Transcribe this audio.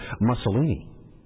Mussolini